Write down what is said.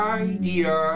idea